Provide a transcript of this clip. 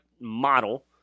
model